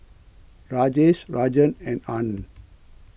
Rajesh Rajan and Anand